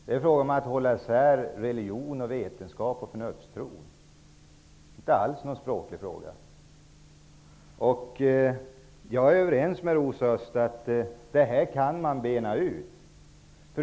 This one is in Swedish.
Det är fråga om att hålla isär religion, vetenskap och förnuftstro. Det är inte alls någon språklig fråga. Jag är överens med Rosa Östh om att man kan bena ut detta.